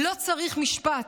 לא צריך משפט,